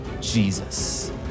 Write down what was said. Jesus